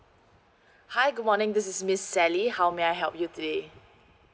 hi good morning this is miss S A L L Y how may I help you today